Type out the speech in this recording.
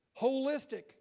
Holistic